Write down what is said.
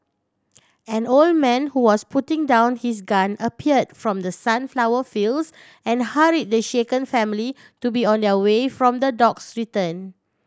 an old man who was putting down his gun appeared from the sunflower fields and hurry the shaken family to be on their way from the dogs return